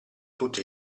tutti